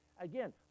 again